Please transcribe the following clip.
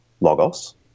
logos